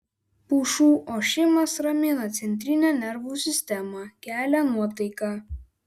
pušų ošimas ramina centrinę nervų sistemą kelia nuotaiką